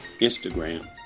Instagram